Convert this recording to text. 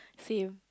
same